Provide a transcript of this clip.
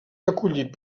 acollit